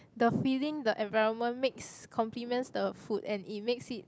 the feeling the environment makes compliments the food and it makes it